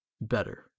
better